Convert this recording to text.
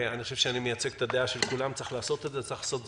אני חושב שאני מייצג את הדעה של כולם שצריך לעשות את זה מהר,